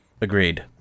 Agreed